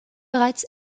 bereits